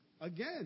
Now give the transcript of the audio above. Again